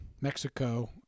Mexico